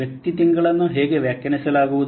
ವ್ಯಕ್ತಿಯ ತಿಂಗಳನ್ನು ಹೇಗೆ ವ್ಯಾಖ್ಯಾನಿಸಲಾಗಿದೆ